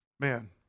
Man